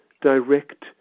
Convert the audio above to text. direct